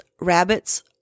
rabbits